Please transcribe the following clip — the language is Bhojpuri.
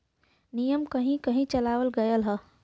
नियम कहीं कही चलावल गएल हौ